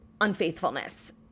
unfaithfulness